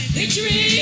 victory